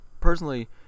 Personally